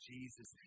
Jesus